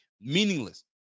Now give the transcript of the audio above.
Meaningless